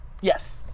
Yes